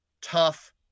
tough